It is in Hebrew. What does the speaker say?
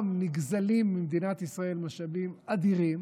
גם נגזלים ממדינת ישראל משאבים אדירים